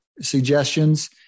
suggestions